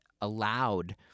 allowed